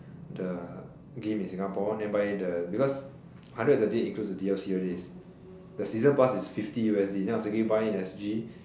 the game in Singapore then buy the because hundred and thirty eight includes the D_L_C all this the season pass is fifty U_S_D then I was thinking buy in S_G